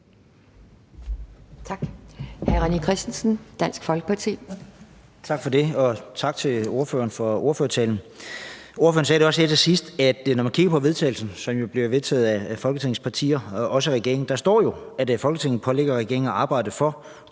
Kl. 12:00 René Christensen (DF): Tak for det, og tak til ordføreren for ordførertalen. Ordføreren sagde her til sidst, at når man kigger på forslaget til vedtagelse, som jo bliver vedtaget af alle Folketingets partier inklusive regeringspartiet, så står der, at »Folketinget pålægger regeringen at arbejde for